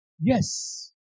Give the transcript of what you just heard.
Yes